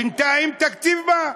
בינתיים תקציב בא.